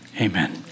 amen